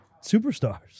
superstars